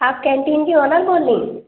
آپ کینٹین کی اونر بول رہی ہیں